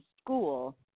school